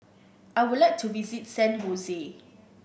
I would like to visit San Hose